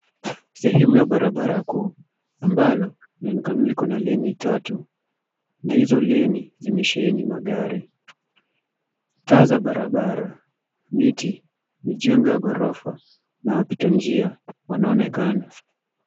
Sehemu ya barabara kuu, ambalo linaonekana liko na leni tatu, na hizo leni zimesheheni magari. Taa za barabara, miti, mijengo ya gorofa na wapita njia wanaonekana.